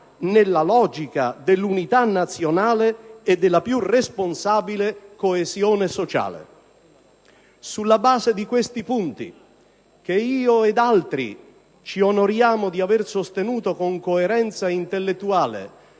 nella logica dell'unità nazionale e della più responsabile coesione sociale. Sulla base di questi punti, che io ed altri ci onoriamo di aver sostenuto con coerenza intellettuale